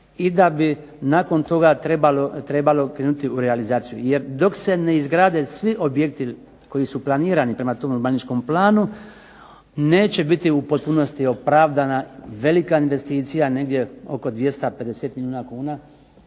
i da bi nakon toga trebalo krenuti u realizaciju, jer dok se ne izgrade svi objekti koji su planirani prema tom urbanističkom planu neće biti u potpunosti opravdana velika investicija negdje oko 250 milijuna kuna